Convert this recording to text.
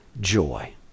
joy